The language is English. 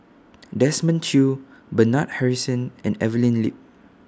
Desmond Choo Bernard Harrison and Evelyn Lip